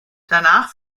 danach